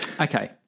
Okay